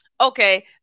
Okay